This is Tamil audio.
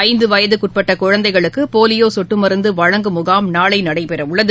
ஐந்துவயதுக்குஉட்பட்டகுழந்தைகளுக்குபோலிபோசொட்டுமருந்துவழங்கும் முகாம் நாளைநடைபெறவுள்ளது